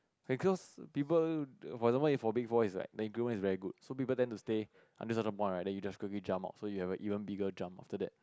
because people for example for big four is right the increment is very good so people tend to stay only certain point right then you just quickly jump out so you have a bigger jump after that